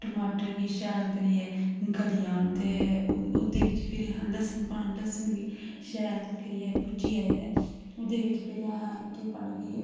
टमाटर गी शैल करियै गली जान ते ओह्दे बिच भी फिरी लस्सन पाना लस्सन भी शैल करियै भुज्जी जाये ते ओह्दे बिच असें फिर केह् पाना कि